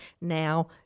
now